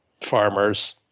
farmers